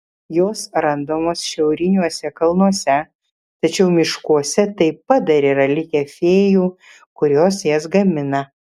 jos randamos šiauriniuose kalnuose tačiau miškuose taip pat dar yra likę fėjų kurios jas gamina